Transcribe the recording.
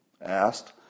asked